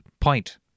point